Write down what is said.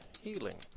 healing